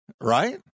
Right